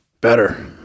Better